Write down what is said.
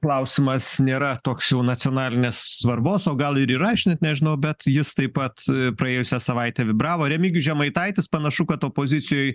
klausimas nėra toks jau nacionalinės svarbos o gal ir yra aš net nežinau bet jis taip pat praėjusią savaitę vibravo remigijus žemaitaitis panašu kad opozicijoj